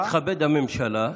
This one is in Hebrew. שתתכבד הממשלה,